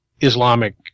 Islamic